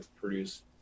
produce